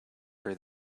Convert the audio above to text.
for